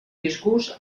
disgust